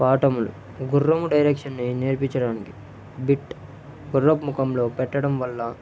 పాఠములు గుర్రం డైరెక్షన్ని నేర్పించడానికి బిట్ గుర్రపు ముఖంలో పెట్టడం వల్ల